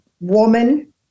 woman